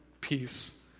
peace